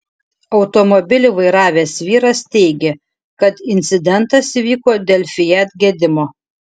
automobilį vairavęs vyras teigė kad incidentas įvyko dėl fiat gedimo